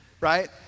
right